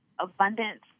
abundance